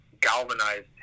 galvanized